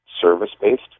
service-based